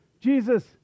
Jesus